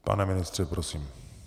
Pane ministře, prosím.